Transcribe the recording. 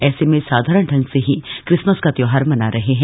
ऐसे में साधारण ढंग से ही क्रिसमस का त्योहार मना रहे हैं